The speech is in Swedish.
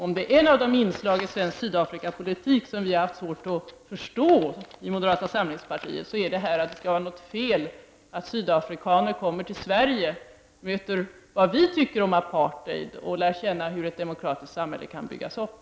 Om det är något inslag i svensk Sydafrikapolitik som vi har haft svårt att förstå i moderata samlingspartiet, är det att det skall vara fel att sydafrikaner kommer till Sverige, möter vad vi tycker om apartheid och lär känna hur ett demokratiskt samhälle kan byggas upp.